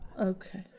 Okay